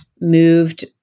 moved